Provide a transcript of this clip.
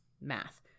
math